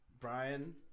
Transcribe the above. Brian